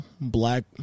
black